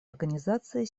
организации